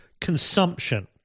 consumption